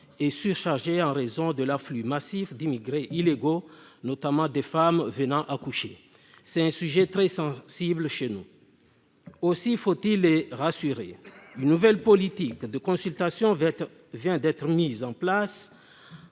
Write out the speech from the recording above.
et surchargé en raison de l'afflux massif d'immigrés illégaux, notamment de femmes venant accoucher. C'est un sujet très sensible à Mayotte. Aussi faut-il rassurer la population. Une nouvelle politique de consultation vient d'être mise en place